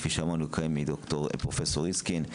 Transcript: כפי ששמענו כאן מפרופ' ריסקין.